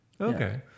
Okay